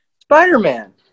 Spider-Man